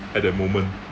at that moment